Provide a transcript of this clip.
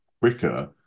quicker